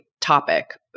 topic